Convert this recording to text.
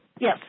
Yes